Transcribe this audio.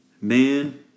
man